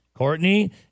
Courtney